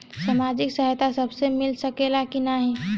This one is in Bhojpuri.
सामाजिक सहायता सबके मिल सकेला की नाहीं?